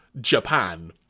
Japan